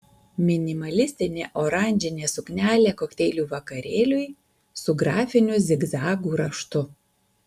minimalistinė oranžinė suknelė kokteilių vakarėliui su grafiniu zigzagų raštu